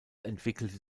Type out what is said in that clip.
entwickelte